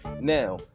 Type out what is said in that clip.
Now